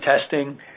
testing